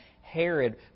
Herod